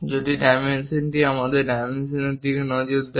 যদি এই ডাইমেনশনটি আমাদের এই ডাইমেনশনের দিকে নজর দেয়